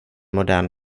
modern